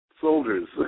soldiers